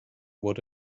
what